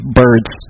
birds